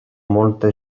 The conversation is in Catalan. molta